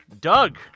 Doug